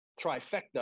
Trifecta